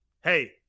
Hey